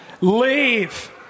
leave